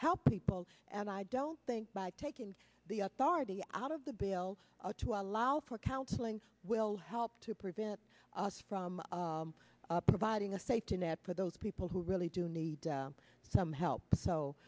help people and i don't think by taking the authority out of the bill to allow for counseling will help to prevent us from providing a safety net for those people who really do need some help so